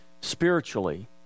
spiritually